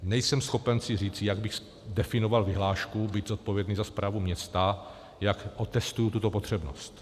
Nejsem schopen říct, jak bych definoval vyhlášku, být zodpovědný za správu města, jak otestuju tuto potřebnost.